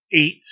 eight